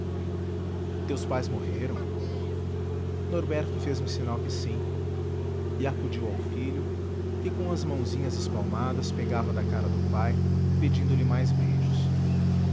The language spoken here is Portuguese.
teus pais morreram norberto fez-me sinal que sim e acudiu ao filho que com as mãozinhas espalmadas pegava da cara do pai pedindo-lhe mais beijos